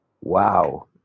Wow